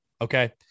okay